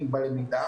שמתבקש.